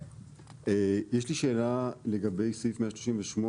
שאלה לגבי סעיף 138,